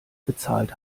bezahlt